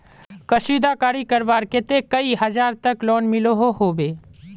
कशीदाकारी करवार केते कई हजार तक लोन मिलोहो होबे?